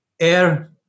air